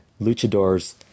luchadors